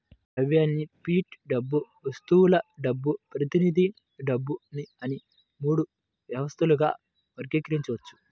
ద్రవ్యాన్ని ఫియట్ డబ్బు, వస్తువుల డబ్బు, ప్రతినిధి డబ్బు అని మూడు వ్యవస్థలుగా వర్గీకరించవచ్చు